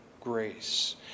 grace